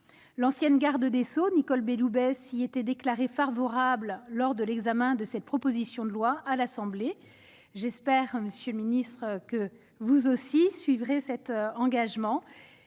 L'ancienne garde des sceaux Nicole Belloubet s'y était déclarée favorable lors de l'examen de cette proposition de loi à l'Assemblée nationale. J'espère, monsieur le ministre, que vous suivrez vous aussi cet engagement.